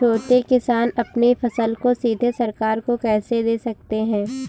छोटे किसान अपनी फसल को सीधे सरकार को कैसे दे सकते हैं?